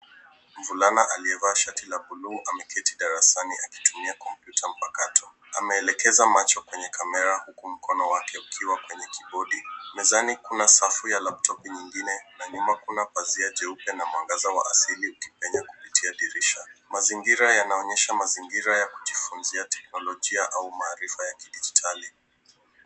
Mvulana aliyevaa shati la buluu ameketi darasani akitumia kompyuta mpakato. Ameelekeza macho kwenye kamera huku mkono wake ukiwa kwenye kibodi. Mezani, kuna safu ya laptopu nyingine na nyuma kuna pazia jeupe na mwangaza wa asili wenye kupitia dirisha. Mazingira yanaonyesha mazingira ya kujifunzia teknolojia au maarifa ya kidigitari.